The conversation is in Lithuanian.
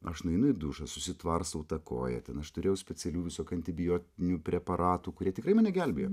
aš nueinu į dušą susitvarstau tą koją ten aš turėjau specialių visokių antibiotinių preparatų kurie tikrai mane gelbėjo